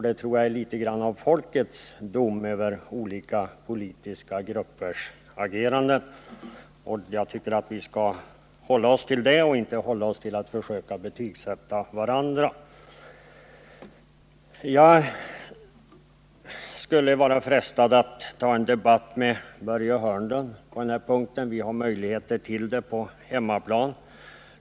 Det tror jag är något av folkets dom över olika politiska gruppers agerande. Och jag tycker att vi skall hålla oss till det och inte försöka betygsätta varandra. Jag är frestad att ta en debatt med Börje Hörnlund på denna punkt, men vi har möjligheter till det på hemmaplan.